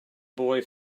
boy